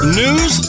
news